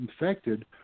infected